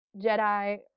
Jedi